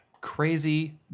Crazy